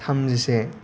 थामजिसे